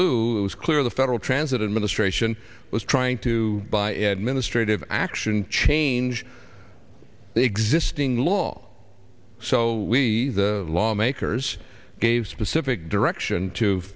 is clear the federal transit administration was trying to buy administratively action change the existing law so the law makers gave specific direction to